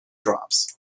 drops